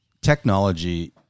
technology